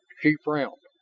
she frowned,